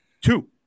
Two